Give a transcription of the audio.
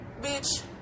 Bitch